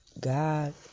God